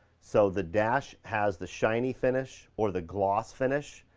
so the dash has the shiny finish, or the gloss finish.